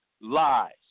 lies